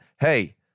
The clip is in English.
hey